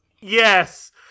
Yes